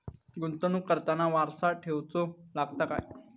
गुंतवणूक करताना वारसा ठेवचो लागता काय?